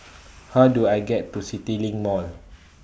How Do I get to CityLink Mall